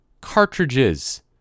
Cartridges